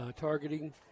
targeting